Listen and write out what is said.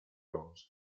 rose